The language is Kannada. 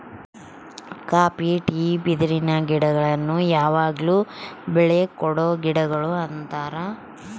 ಕಾಪಿ ಟೀ ಬಿದಿರಿನ ಗಿಡಗುಳ್ನ ಯಾವಗ್ಲು ಬೆಳೆ ಕೊಡೊ ಗಿಡಗುಳು ಅಂತಾರ